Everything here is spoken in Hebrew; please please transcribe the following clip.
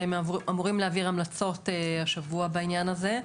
והם אמורים להעביר המלצות השבוע בעניין הזה.